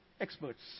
Experts